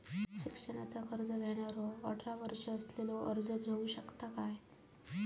शिक्षणाचा कर्ज घेणारो अठरा वर्ष असलेलो अर्ज करू शकता काय?